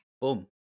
boom